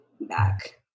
back